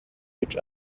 each